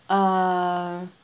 uh